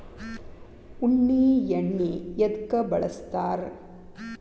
ಉಣ್ಣಿ ಎಣ್ಣಿ ಎದ್ಕ ಬಳಸ್ತಾರ್?